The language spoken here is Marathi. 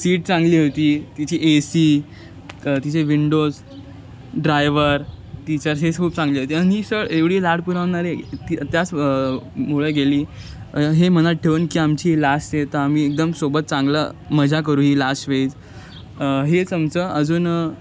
सीट चांगली होती तिची ए सी तिचे विंडोज ड्रायवर टीचर्स हेच खूप चांगले होते आणि ही सहल एवढी लाड पुरवणारी ती त्याचमुळे गेली हे मनात ठेवून की आमची लास्ट आहे तर आम्ही एकदम सोबत चांगलं मजा करू ही लास्ट वेज हेच आमचं अजून